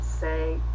say